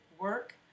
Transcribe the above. work